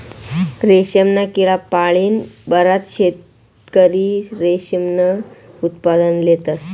रेशमना किडा पाळीन बराच शेतकरी रेशीमनं उत्पादन लेतस